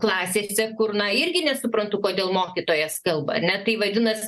klasėse kur na irgi nesuprantu kodėl mokytojas kalba ar ne tai vadinas